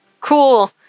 Cool